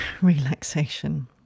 relaxation